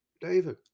David